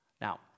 Now